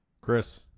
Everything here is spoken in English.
Chris